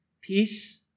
peace